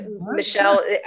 Michelle